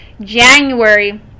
January